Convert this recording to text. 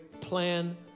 plan